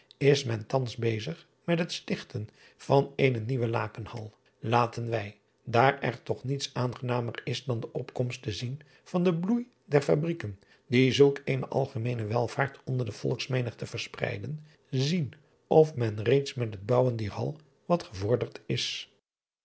is men thans bezig met het stichten van eene nieuwe akenhal aten wij daar er toch niets aangenamer is dan de opkomst te zien van den bloei der fabrijken die zulk eene algemeene welvaart onder de volksmenigte verspreiden zien of men reeds met het bouwen dier al wat gevorderd is